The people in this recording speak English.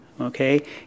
okay